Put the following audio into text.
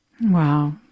Wow